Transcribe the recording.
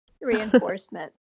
reinforcement